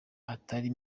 atari